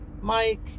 Mike